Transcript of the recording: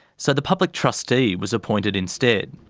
so the public trustee was appointed instead,